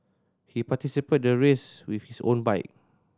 he participated the race with his own bike